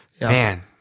man